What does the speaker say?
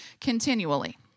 continually